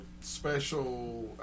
special